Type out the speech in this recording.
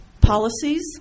policies